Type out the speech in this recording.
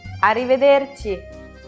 Arrivederci